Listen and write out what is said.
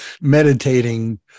meditating